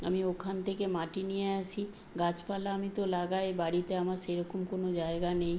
আমি ওখান থেকে মাটি নিয়ে আসি গাছপালা আমি তো লাগাই বাড়িতে আমার সেরকম কোনো জায়গা নেই